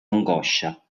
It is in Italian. angoscia